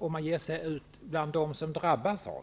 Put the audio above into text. Om man pratar med dem som drabbas av